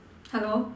hello